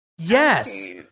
yes